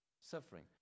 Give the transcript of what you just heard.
suffering